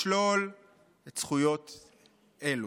לשלול את הזכויות הללו.